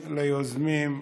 ליוזמים,